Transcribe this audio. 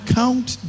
count